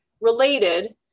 related